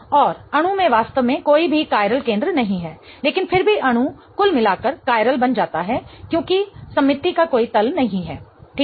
और अणु में वास्तव में कोई भी कायरल केंद्र नहीं है लेकिन फिर भी अणु कुल मिलाकर कायरल बन जाता है क्योंकि सममिति का कोई तल नहीं है ठीक है